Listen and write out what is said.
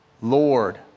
Lord